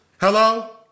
Hello